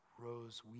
rose